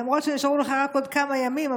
למרות שנשארו לך רק עוד כמה ימים,